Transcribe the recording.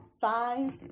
five